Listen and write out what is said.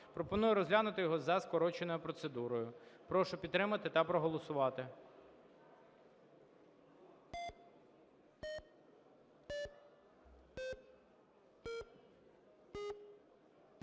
Пропоную розглянути його за скороченою процедурою. Прошу підтримати та проголосувати.